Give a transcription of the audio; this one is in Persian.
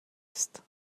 است